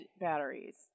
batteries